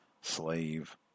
Slave